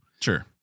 Sure